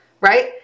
Right